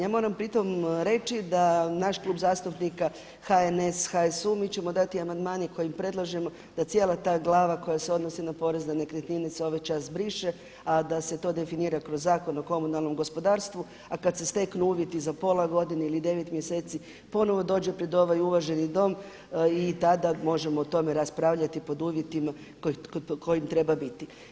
Ja moram pri tom reći da naš klub zastupnika HNS-HSU mi ćemo dati amandman kojim predlažemo da cijela ta glava koja se odnosi na porez na nekretnine se ovaj čas briše, a da se to definira kroz Zakon o komunalnom gospodarstvu, a kada se steknu uvjeti za pola godine ili devet mjeseci ponovo dođe pred ovaj uvaženi Dom i tada možemo o tome raspravljati pod uvjetima pod kojim treba biti.